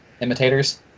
imitators